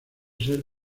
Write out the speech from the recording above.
ser